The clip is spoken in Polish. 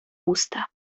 usta